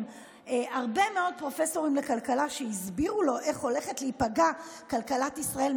הרבה מאוד פרופסורים לכלכלה שהסבירו לו איך הולכת להיפגע כלכלת ישראל,